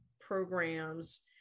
programs